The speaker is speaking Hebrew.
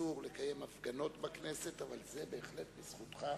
אסור לקיים הפגנות בכנסת אבל זה בהחלט לזכותך,